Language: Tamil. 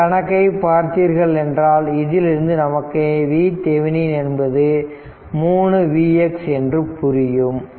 இந்த கணக்கை பார்த்தீர்களென்றால் இதிலிருந்து நமக்கு VThevenin என்பது 3Vx என்று புரியும்